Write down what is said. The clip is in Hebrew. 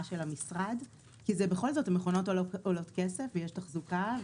של המשרד כי בכל זאת המכונות עולות כסף ויש תחזוקה,